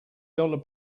dollar